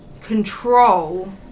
control